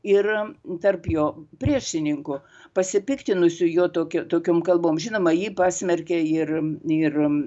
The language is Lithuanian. ir tarp jo priešininkų pasipiktinusių juo tokiu tokiom kalbom žinoma jį pasmerkė ir ir